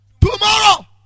tomorrow